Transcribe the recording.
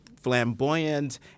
flamboyant